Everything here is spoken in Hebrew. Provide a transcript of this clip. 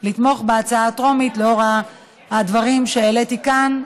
לתמוך בהצעה הטרומית לאור הדברים שהעליתי כאן,